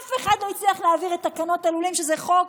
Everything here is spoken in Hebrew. אף אחד לא הצליח להעביר את תקנות הלולים, שזה חוק